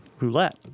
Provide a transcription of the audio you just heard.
roulette